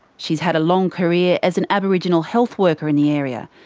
she's had a long career as an aboriginal health worker in the area,